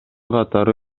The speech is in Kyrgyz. катары